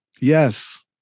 yes